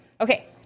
Okay